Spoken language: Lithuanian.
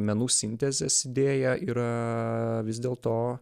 menų sintezės idėja yra vis dėl to